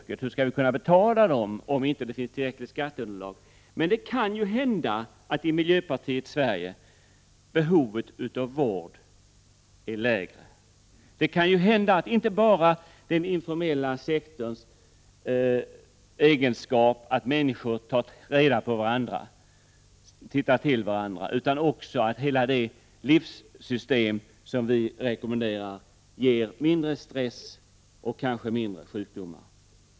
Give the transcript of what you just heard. De undrade hur vi skall kunna betala dem som arbetar där om det inte finns tillräckligt skatteunderlag. Men det kan ju hända att i miljöpartiets Sverige behovet av vård är lägre, det kan ju hända att inte bara den informella sektorns egenskap att människor tittar till varandra utan att också hela det livssystem som vi rekommenderar ger mindre stress och kanske färre sjukdomar.